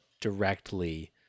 directly